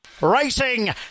Racing